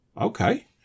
okay